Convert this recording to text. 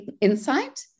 insight